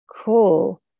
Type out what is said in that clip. Cool